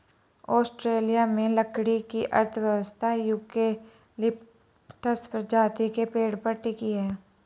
Australia में लकड़ी की अर्थव्यवस्था यूकेलिप्टस प्रजाति के पेड़ पर टिकी है